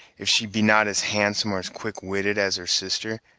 if she be not as handsome or as quick-witted as her sister,